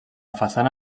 façana